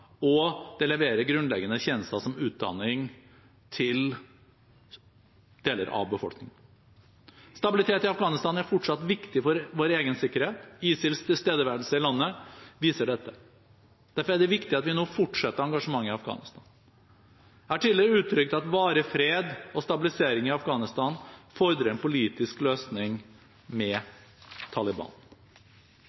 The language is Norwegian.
og det leverer grunnleggende tjenester som utdanning til deler av befolkningen. Stabilitet i Afghanistan er fortsatt viktig for vår egen sikkerhet. ISILs tilstedeværelse i landet viser dette. Derfor er det viktig at vi nå fortsetter engasjementet i Afghanistan. Jeg har tidligere uttrykt at varig fred og stabilisering i Afghanistan fordrer en politisk løsning med